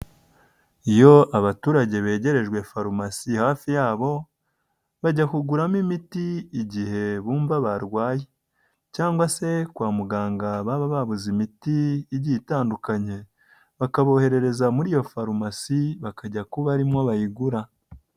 Iyo abaturage begerejwe farumasi hafi yabo, bajya kuguramo imiti igihe bumva barwaye cyangwa se kwa muganga baba babuze imiti igiye itandukanye, bakaboherereza muri iyo farumasi, bakajya kuba ari mo bayigura.